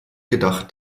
gedacht